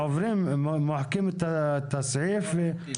--- מוחקים את הסעיף --- לא מוחקים.